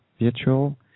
virtual